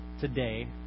today